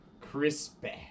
Crispy